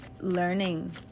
learning